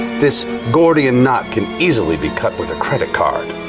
this gordian knot can easily be cut with a credit card.